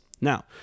Now